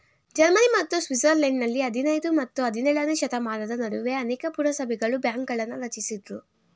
Germany ಮತ್ತು ಸ್ವಿಟ್ಜರ್ಲೆಂಡ್ನಲ್ಲಿ ಹದಿನೈದನೇ ಮತ್ತು ಹದಿನೇಳನೇಶತಮಾನದ ನಡುವೆ ಅನೇಕ ಪುರಸಭೆಗಳು ಬ್ಯಾಂಕ್ಗಳನ್ನ ರಚಿಸಿದ್ರು